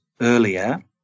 earlier